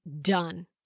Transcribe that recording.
done